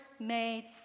made